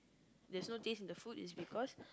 there's no taste in the food is because